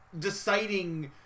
deciding